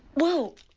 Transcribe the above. well,